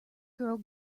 girl